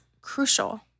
crucial